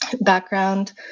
background